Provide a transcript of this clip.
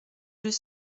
deux